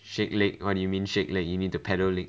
shake leg what do you mean shake leg you need to pedal it